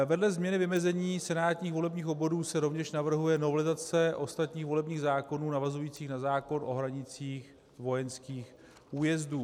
Vedle změny vymezení senátních volebních obvodů se rovněž navrhuje novelizace ostatních volebních zákonů navazujících na zákon o hranicích vojenských újezdů.